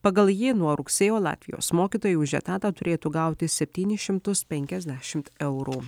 pagal jį nuo rugsėjo latvijos mokytojai už etatą turėtų gauti septynis šimtus penkiasdešimt eurų